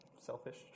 Selfish